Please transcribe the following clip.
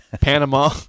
panama